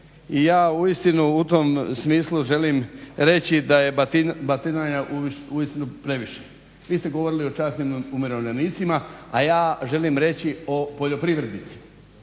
i ja uistinu u tom smislu želim reći da je batinanja uistinu previše. Vi ste govorili o časnim umirovljenicima, a ja želim reći o poljoprivrednicima.